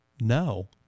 No